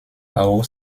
auch